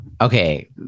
Okay